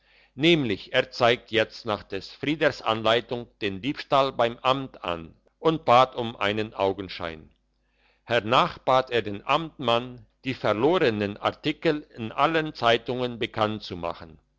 nämlich er zeigt jetzt nach des frieders anleitung den diebstahl bei amt an und bat um einen augenschein hernach bat er den amtmann die verlorenen artikel in allen zeitungen bekannt zu machen